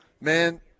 Man